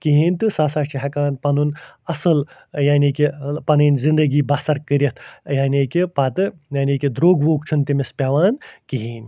کِہیٖنۍ تہٕ سُہ ہسا چھِ ہٮ۪کان پنُن اصٕل یعنی کہِ پنٕنۍ زندگی بسر کٔرِتھ یعنی کہِ پتہٕ یعنی کہِ درٛوٚگ ووٚگ چھُنہٕ تٔمِس پٮ۪وان کِہیٖنۍ